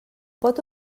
pot